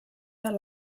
their